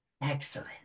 Excellent